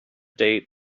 date